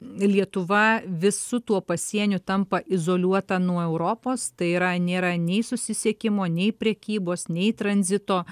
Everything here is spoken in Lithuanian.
lietuva vis su tuo pasieniu tampa izoliuota nuo europos tai yra nėra nei susisiekimo nei prekybos nei tranzito